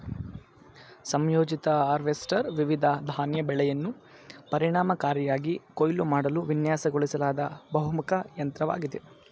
ಸಂಯೋಜಿತ ಹಾರ್ವೆಸ್ಟರ್ ವಿವಿಧ ಧಾನ್ಯ ಬೆಳೆಯನ್ನು ಪರಿಣಾಮಕಾರಿಯಾಗಿ ಕೊಯ್ಲು ಮಾಡಲು ವಿನ್ಯಾಸಗೊಳಿಸಲಾದ ಬಹುಮುಖ ಯಂತ್ರವಾಗಿದೆ